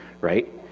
right